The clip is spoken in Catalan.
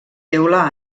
teula